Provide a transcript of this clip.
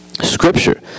scripture